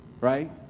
right